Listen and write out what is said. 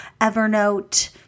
Evernote